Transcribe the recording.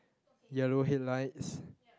yellow head lights